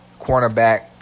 cornerback